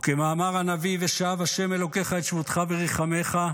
וכמאמר הנביא: "ושב ה' אלוקיך את שבותך ורחמיך,